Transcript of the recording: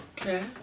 Okay